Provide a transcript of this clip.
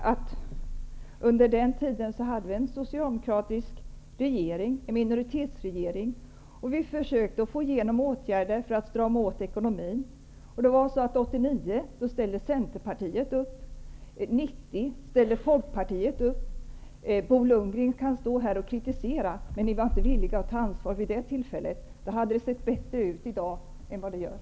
Fru talman! Vid den tiden hade vi en socialdemokratisk minoritetsregering. Vi försökte få igenom åtgärder för att strama åt ekonomin. År 1989 ställde Centerpartiet upp. År 1990 ställde Folkpartiet upp. Bo Lundgren kan stå här och kritisera, men Moderaterna var inte villiga att ta ansvar tidigare. Om de hade gjort det, hade det sett bättre ut i dag än vad det nu gör.